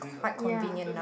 ya